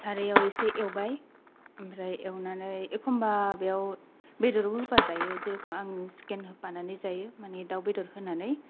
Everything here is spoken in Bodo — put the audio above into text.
सारायाव एसे एवबाय ओमफ्राय एवनानै एखमबा बेयाव बेदरबो होफाजायो जेर'खोम आं चिकेन होफानानै जायो मानि दाव बेदर होनानै